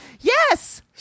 Yes